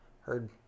heard